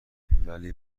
ولی